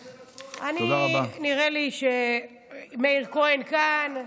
נראה לי שמאיר כהן כאן.